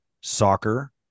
soccer